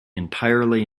entirely